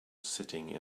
sitting